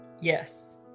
Yes